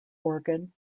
organ